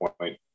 point